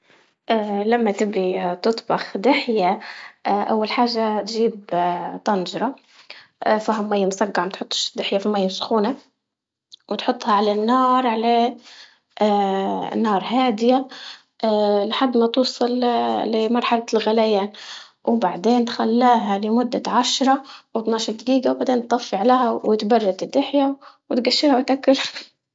لحد ما توصل ل- لمرحلة الغليان وبعدين نخلاها لمدة عشرة أو اثنا عشر دقيقة، بعدين تطفي عليها ونرد الدحية وتقشرها وتاكلها فيها مية مسقعة، ما تحطش الدحية في مية سخونة وتحطها على النار على نار هادية أول حاجة تجيب طنجرة لما تبي تطبخ دحية